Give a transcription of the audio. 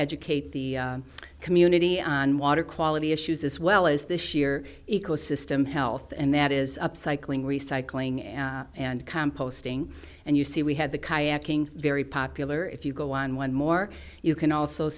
educate the community on water quality issues as well as this year ecosystem health and that is up cycling recycling and composting and you see we had the kayaking very popular if you go on one more you can also